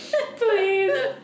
Please